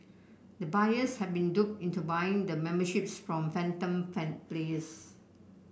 the buyers had been duped into buying the memberships from phantom fun please